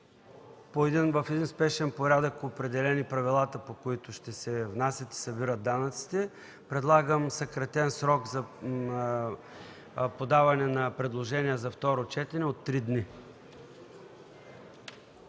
трябва да бъдат определени правилата, по които ще се внасят и събират данъците, предлагам съкратен срок за подаване на предложения за второ четене от три дни.